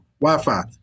Wi-Fi